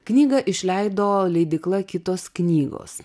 knygą išleido leidykla kitos knygos